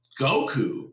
Goku